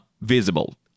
visible